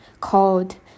called